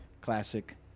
Classic